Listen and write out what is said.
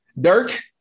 Dirk